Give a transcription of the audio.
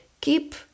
keep